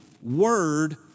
Word